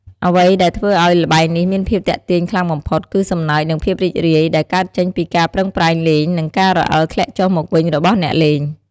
អ្វីដែលធ្វើឱ្យល្បែងនេះមានភាពទាក់ទាញខ្លាំងបំផុត គឺ សំណើច និងភាពរីករាយ ដែលកើតចេញពីការប្រឹងប្រែងលេង និងការរអិលធ្លាក់ចុះមកវិញរបស់អ្នកលេង។